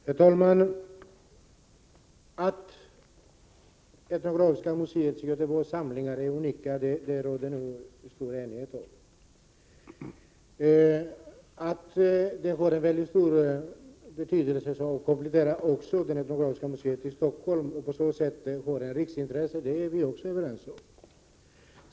Herr talman! Att Etnografiska museets i Göteborg samlingar är unika råder det stor enighet om. Att de har en väldig betydelse som komplettering av det Etnografiska museet i Stockholm och på så sätt har riksintresse är vi också överens om.